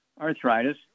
arthritis